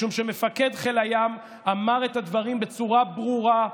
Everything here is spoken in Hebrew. משום שמפקד חיל הים אמר את הדברים בצורה ברורה,